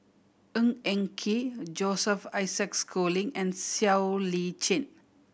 Ng Eng Kee Joseph Isaac Schooling and Siow Lee Chin